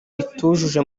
itujuje